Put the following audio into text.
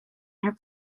her